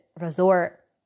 resort